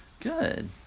Good